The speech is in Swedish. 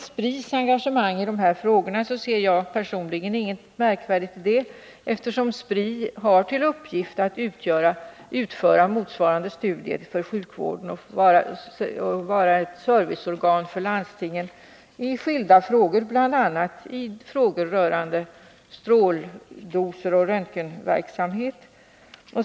Spris engagemang i de här frågorna ser jag personligen ingenting märkvärdigt i, eftersom Spri har till uppgift att utföra motsvarande studier för sjukvården och vara ett serviceorgan för landstingen i skilda frågor, bl.a. i frågor rörande stråldoser och röntgenverksamhet.